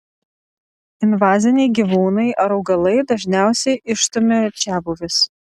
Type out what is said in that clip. invaziniai gyvūnai ar augalai dažniausiai išstumia čiabuvius